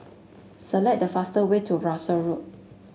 select the fast way to Russel Road